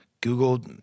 Google